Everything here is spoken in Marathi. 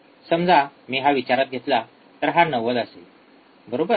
समजा मी हा विचारात घेतला तर हा ९० असेल बरोबर